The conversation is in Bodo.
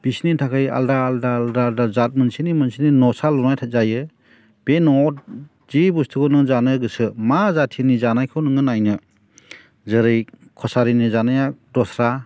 बिसोरनि थाखाय आलादा आलादा जात मोनसेनि मोनसेनि न'सा लुनाय जायो बे न'आव जि बुस्थुखौ नों जानो गोसो मा जाथिनि जानायखौ नोङो नायनो जेरै खसारिनि जानाया दस्रा